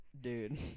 Dude